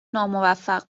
ناموفق